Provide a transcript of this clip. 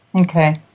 Okay